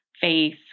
faith